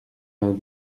vingt